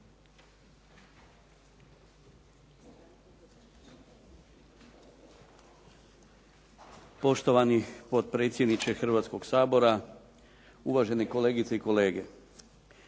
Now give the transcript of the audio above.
Poštovani potpredsjedniče Hrvatskog sabora, uvažene kolegice i kolege.